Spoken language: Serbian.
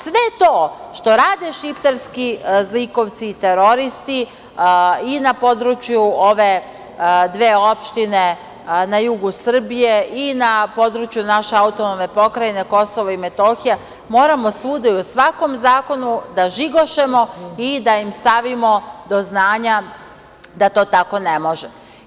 Sve to što rade šiptarski zlikovci i teroristi i na području ove dve opštine na jugu Srbije i na području naše AP KiM moramo svuda i u svakom zakonu da žigošemo i da im stavimo do znanja da to tako ne može.